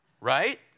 Right